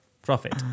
Profit